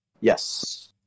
yes